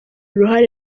uruhare